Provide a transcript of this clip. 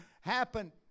happen